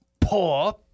Poor